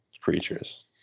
creatures